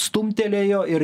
stumtelėjo ir